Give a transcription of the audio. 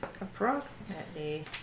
approximately